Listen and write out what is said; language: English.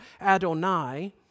Adonai